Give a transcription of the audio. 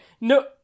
no